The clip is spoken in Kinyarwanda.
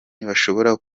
ntibashobora